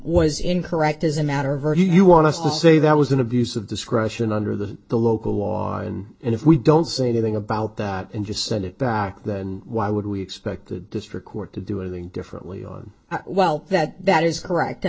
was incorrect as a matter virgie you want to say that was an abuse of discretion under the the local law and if we don't say the thing about that and just send it back then why would we expect the district court to do anything differently on well that that is correct i